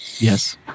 Yes